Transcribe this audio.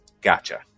Gotcha